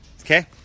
okay